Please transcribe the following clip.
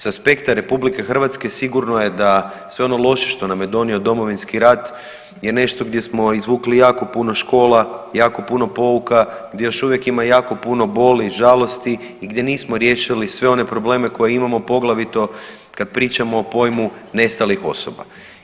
S aspekta Republike Hrvatske, sigurno je da sve ono loše što nam je donio Domovinski rat, je nešto gdje smo izvukli jako puno škola, jako puno pouka, gdje još uvijek ima jako puno boli i žalosti i gdje nismo riješili sve one probleme koje imamo, poglavito kad pričamo o pojmu nestalih osoba.